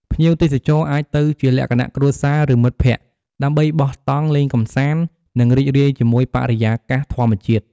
ភ្ញៀវទេសចរអាចទៅជាលក្ខណៈគ្រួសារ ឬមិត្តភក្តិ ដើម្បីបោះតង់ លេងកន្សាន្ត និងរីករាយជាមួយបរិយាកាសធម្មជាតិ។